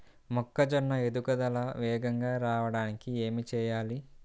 మొక్కజోన్న ఎదుగుదల వేగంగా రావడానికి ఏమి చెయ్యాలి?